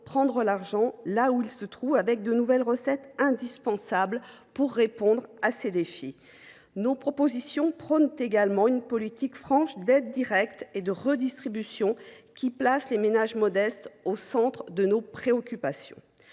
prendre l’argent là où il se trouve, en créant de nouvelles recettes indispensables pour relever ces défis. Nous prônons également une politique franche d’aides directes et des efforts de redistribution, qui placent les ménages modestes au centre de nos préoccupations.